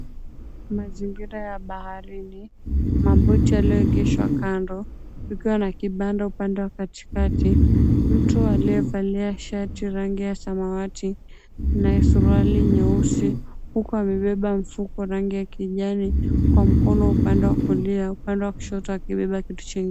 Mazingira ya baharini, maboti yaliyoegeshwa kando kukiwa na kibanda upande wa katikati, mtu aliyevalia shati rangi ya samawati na suruali nyeusi huku amebeba mfuko rangi ya kijani kwa mkono upande wa kulia upande wa kushoto akibeba kitu chi...